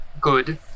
good